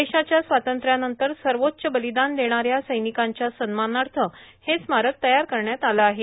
देशाच्या स्वातंत्र्यानंतर सर्वोच्च बलिदान देणाऱ्या सैनिकांच्या सन्मानार्थ हे स्मारक तयार करण्यात आलं आहे